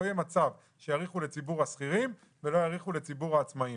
לא יהיה מצב שיאריכו לציבור השכירים ולא יאריכו לציבור העצמאים.